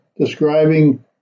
describing